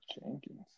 Jenkins